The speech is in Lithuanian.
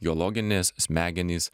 biologinės smegenys